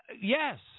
Yes